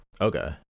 okay